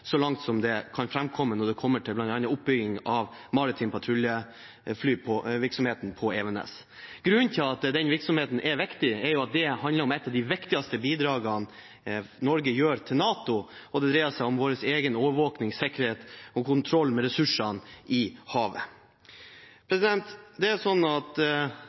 så langt, slik det framkommer når det gjelder bl.a. oppbygging av virksomheten for maritime patruljefly på Evenes. Grunnen til at den virksomheten er viktig, er at det handler om et av de viktigste bidragene Norge gir til NATO, og det dreier seg om vår egen overvåking, sikkerhet og kontroll med ressursene i havet. Det som har løftet saken i det